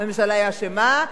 והממשלה היא אשמה,